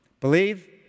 Believe